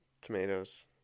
Tomatoes